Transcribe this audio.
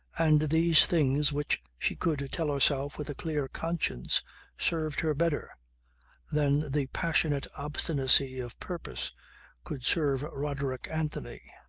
and these things which she could tell herself with a clear conscience served her better than the passionate obstinacy of purpose could serve roderick anthony.